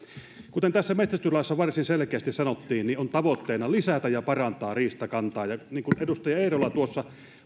kuten metsästyslaissa varsin selkeästi sanottiin on tavoitteena lisätä ja parantaa riistakantaa kun edustaja eerola tuossa